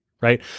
right